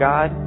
God